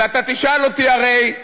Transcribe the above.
ואתה תשאל אותי הרי,